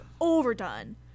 overdone